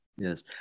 Yes